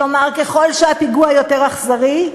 כלומר, ככל שהפיגוע יותר אכזרי,